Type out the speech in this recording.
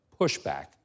pushback